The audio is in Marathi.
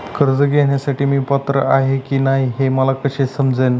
कर्ज घेण्यासाठी मी पात्र आहे की नाही हे मला कसे समजेल?